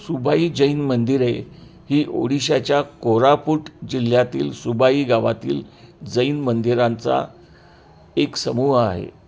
सुबाई जैन मंदिरे ही ओडिशाच्या कोरापूट जिल्ह्यातील सुबाई गावातील जैन मंदिरांचा एक समूह आहे